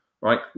right